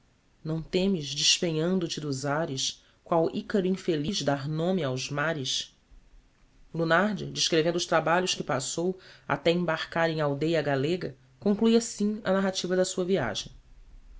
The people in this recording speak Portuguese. não temes despenhando te dos ares qual icaro infeliz dar nome aos mares lunardi descrevendo os trabalhos que passou até embarcar em aldeia gallega conclue assim a narrativa da sua viagem